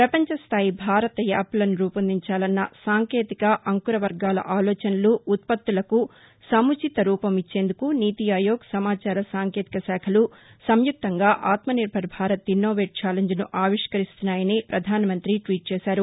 పపంచస్దాయి భారత యాప్లను రూపొందించాలన్న సాంకేతిక అంకుర వర్గాల ఆలోచనలు ఉత్పత్తులకు సముచిత రూపం ఇచ్చేందుకు నీతిఆయోగ్ సమాచార సాంకేతిక శాఖలు సంయుక్తంగా ఆత్మ నిర్బర్ భారత్ ఇన్నోవేట్ ఛాలెంజ్ను ఆవిష్కరిస్తున్నాయని ప్రధానమంతి ట్వీట్ చేశారు